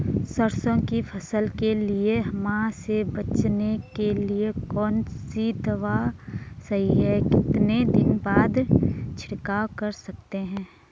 सरसों की फसल के लिए माह से बचने के लिए कौन सी दवा सही है कितने दिन बाद छिड़काव कर सकते हैं?